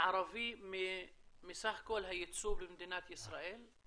הערבי מסך כל היצוא במדינת ישראל?